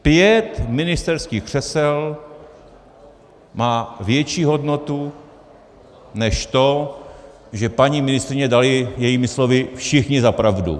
Pět ministerských křesel má větší hodnotu, než to, že paní ministryni dali jejími slovy všichni za pravdu.